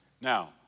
Now